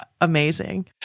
amazing